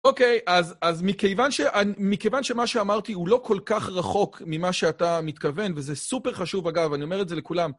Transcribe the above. אוקיי, אז מכיוון שמה שאמרתי הוא לא כל כך רחוק ממה שאתה מתכוון, וזה סופר חשוב, אגב, אני אומר את זה לכולם.